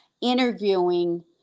interviewing